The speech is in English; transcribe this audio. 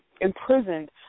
imprisoned